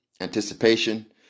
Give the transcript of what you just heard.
anticipation